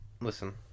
Listen